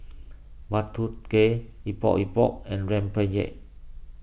Bak Kut Teh Epok Epok and Rempeyek